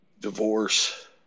Divorce